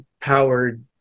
powered